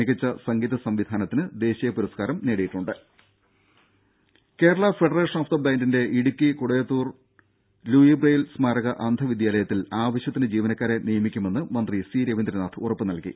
മികച്ച സംഗീത സംവിധാനത്തിന് ദേശീയ പുരസ്കാരങ്ങൾ നേടിയിട്ടുണ്ട് ദേദ കേരളാ ഫെഡറേഷൻ ഓഫ് ദ ബ്ലൈൻഡിന്റെ ഇടുക്കി കുടയത്തൂർ ലൂയി ബ്രെയിൽ സ്മാരക അന്ധ വിദ്യാലയത്തിൽ ആവശ്യത്തിന് ജീവനക്കാരെ നിയമിക്കുമെന്ന് മന്ത്രി സി രവീന്ദ്രനാഥ് ഉറപ്പു നൽകി